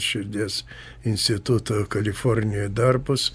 širdies instituto kalifornijoj darbus